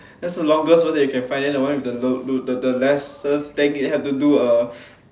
what's the longest verse that you can find and the one with the low~ low~ the the less have to do a